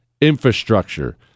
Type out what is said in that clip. infrastructure